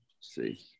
see